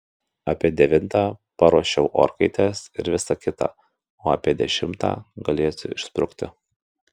apie devintą paruošiu orkaites ir visa kita o apie dešimtą galėsiu išsprukti